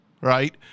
right